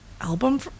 album